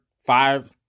five